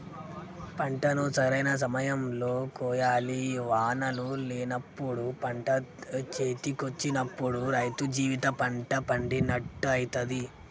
పంటను సరైన సమయం లో కోయాలి వానలు లేనప్పుడు పంట చేతికొచ్చినప్పుడు రైతు జీవిత పంట పండినట్టయితది